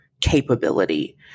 capability